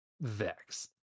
Vex